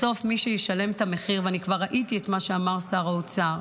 בסוף מי שישלם את המחיר ואני כבר ראיתי את מה שאמר שר האוצר,